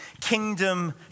kingdom